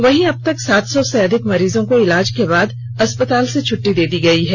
वहीं अबतक सात सौ से अधिक मरीजों को इलाज के बाद अस्पताल से छट्टी दे दी गई है